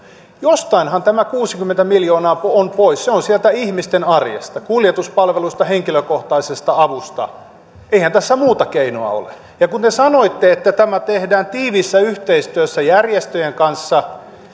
jostainhan tämä kuusikymmentä miljoonaa on pois se on sieltä ihmisten arjesta kuljetuspalveluista henkilökohtaisesta avusta eihän tässä muuta keinoa ole ja kun te sanoitte että tämä tehdään tiiviissä yhteistyössä järjestöjen kanssa